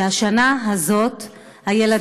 שהשנה הזאת הילדים,